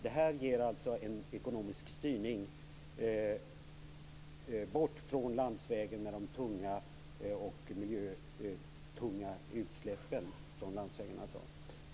Det här ger alltså en ekonomisk styrning bort från landsvägen för de tunga och miljöfarliga utsläppen.